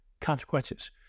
consequences